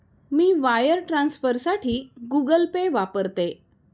मी wire ट्रान्सफरसाठी Google Pay वापरते